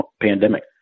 pandemic